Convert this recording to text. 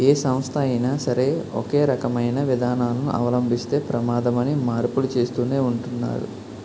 ఏ సంస్థ అయినా సరే ఒకే రకమైన విధానాలను అవలంబిస్తే ప్రమాదమని మార్పులు చేస్తూనే ఉంటున్నారు